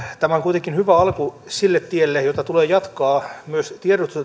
tämä on kuitenkin hyvä alku sille tielle jota tulee jatkaa myös